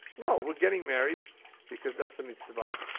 no. we're getting married because that's a mitzvah.